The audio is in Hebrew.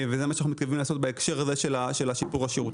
וזה מה שאנחנו מתכוונים לעשות בהקשר של שיפור השירות.